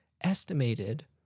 estimated